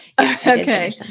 Okay